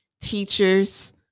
teachers